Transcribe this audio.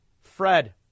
Fred